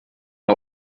and